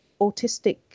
autistic